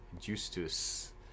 justus